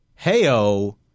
heyo